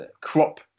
crop